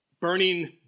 burning